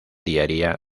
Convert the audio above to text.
diaria